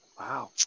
Wow